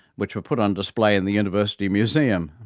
which were put on display in the university museum.